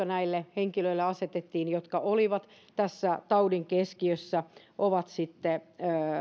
näille henkilöille jotka olivat tässä taudin keskiössä ja he ovat sitten